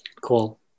Cool